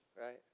right